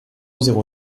zéro